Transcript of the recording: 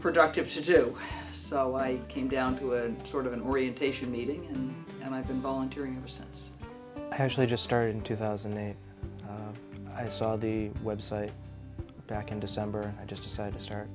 productive to do so i came down to a sort of an orientation meeting and i've been volunteering for since i actually just started in two thousand and eight i saw the website back in december i just decided